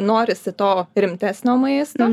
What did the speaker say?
norisi to rimtesnio maisto